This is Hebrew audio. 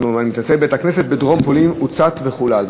אני מתנצל, בית-כנסת בדרום פולין הוצת וחולל.